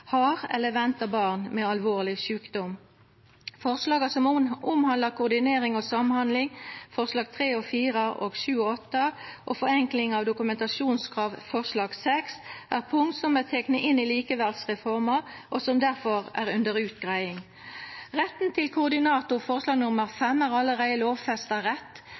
har eller ventar barn med alvorleg sjukdom. Forslaga som omhandlar koordinering og samhandling, forslaga nr. 3 og 4 og 7 og 8, og forenkling av dokumentasjonskrav, forslag nr. 6, er punkt som er tekne inn i likeverdsreforma, og som difor er under utgreiing. Retten til koordinator, forslag nr. 5, er allereie lovfesta rett